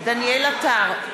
דניאל עטר,